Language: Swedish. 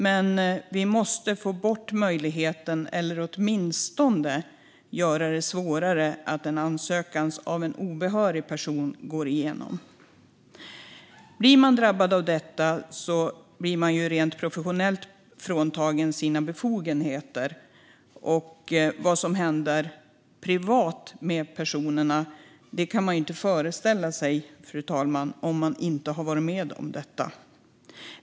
Men vi måste få bort denna möjlighet eller åtminstone göra det svårare för en obehörig person att få igenom en ansökan. Den som drabbas av detta blir rent professionellt fråntagen sina befogenheter. Vad som händer privat kan man inte föreställa sig om man inte har varit med om det.